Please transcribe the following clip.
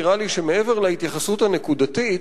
נראה לי שמעבר להתייחסות הנקודתית,